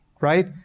right